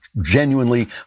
genuinely